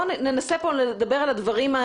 בואו ננסה לדבר פה על הדברים,